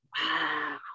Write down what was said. Wow